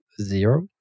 zero